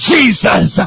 Jesus